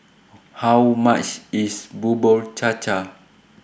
How much IS Bubur Cha Cha